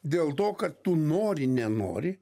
dėl to kad tu nori nenori